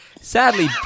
Sadly